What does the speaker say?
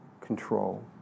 control